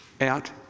out